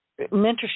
mentorship